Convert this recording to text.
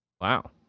Wow